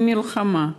ממלחמה,